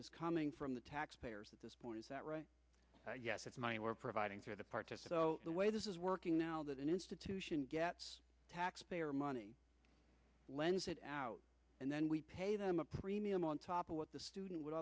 is coming from the taxpayers at this point is that right yes if you are providing care to participate the way this is working now that an institution gets taxpayer money lends it out and then we pay them a premium on top of what the student would